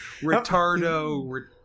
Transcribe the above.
Retardo